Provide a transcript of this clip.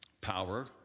power